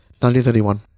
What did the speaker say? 1931